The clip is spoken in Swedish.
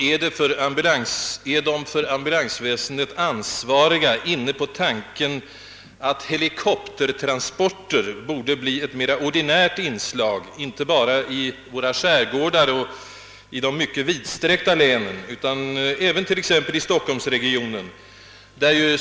Är de för ambulansväsendet ansvariga inne på tanken att helikoptertransporter borde bli ett mera ordinärt inslag inte bara i våra skärgårdar och i de mycket vidsträckta länen utan även t.ex. i stockholmsregionen?